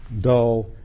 dull